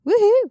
Woohoo